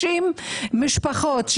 60 משפחות,